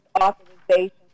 authorization